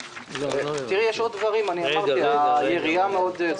יש עוד דברים, היריעה רחבה מאוד.